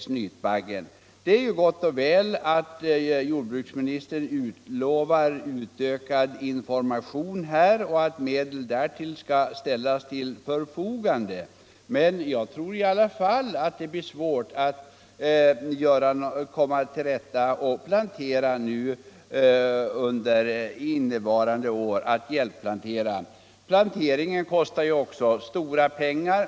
Girskä NNK Det är gott och väl att jordbruksministern i sitt svar lovar att medel — Om åtgärder för att skall ställas till förfogande för ökad information, men jag tror ändå att — förbättra återväx det blir svårt att nyplantera under innevarande år. Planteringen kostar = ten av skog ju också stora pengar.